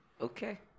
Okay